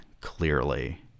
clearly